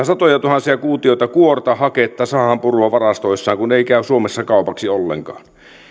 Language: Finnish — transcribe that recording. satojatuhansia kuutioita kuorta haketta sahanpurua varastoissaan kun ne eivät käy suomessa kaupaksi ollenkaan